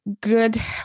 good